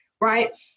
right